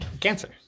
cancer